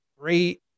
great